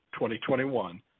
2021